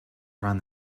around